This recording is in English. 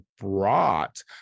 brought